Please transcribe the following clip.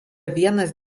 vienas